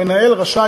מנהל רשאי